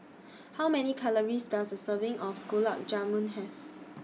How Many Calories Does A Serving of Gulab Jamun Have